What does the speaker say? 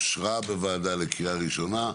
אושרה בוועדה לקריאה ראשונה,